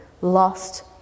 lost